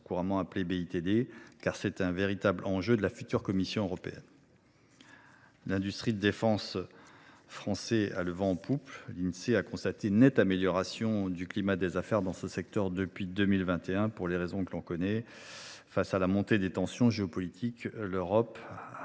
couramment appelée BITD, car c’est un véritable enjeu de la future Commission européenne. L’industrie de défense française a le vent en poupe. L’Insee a constaté une nette amélioration du climat des affaires dans ce secteur depuis 2021, pour les raisons que l’on connaît. Face à la montée des tensions géopolitiques, l’Europe a